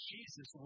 Jesus